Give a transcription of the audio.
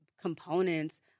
components